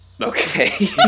Okay